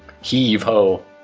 heave-ho